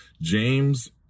James